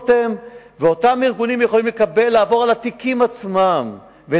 אותם ארגונים יכולים לעבור על התיקים ולראות